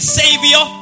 savior